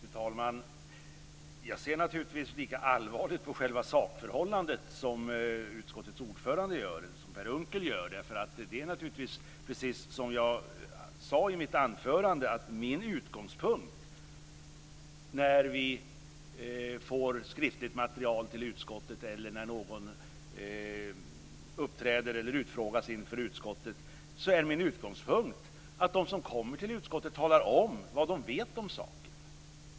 Fru talman! Jag ser naturligtvis lika allvarligt på själva sakförhållandet som utskottets ordförande Per Unckel gör. Det är naturligtvis precis som jag sade i mitt anförande, nämligen att min utgångspunkt när vi får skriftlig material till utskottet eller när någon utfrågas inför utskottet är att de som kommer till utskottet talar om vad de vet om saken.